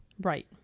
Right